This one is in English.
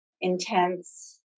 intense